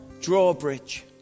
drawbridge